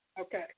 Okay